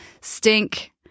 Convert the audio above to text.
stink